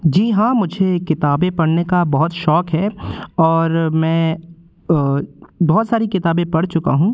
जी हाँ मुझे किताबें पढ़ने का बहुत शौक है और मैं बहुत सारी किताबें पढ़ चुका हूँ